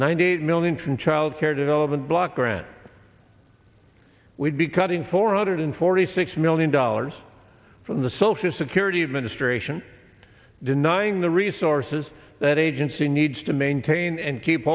eight million from child care development block grant we'd be cutting four hundred forty six million dollars from the social security administration denying the resources that agency needs to maintain and keep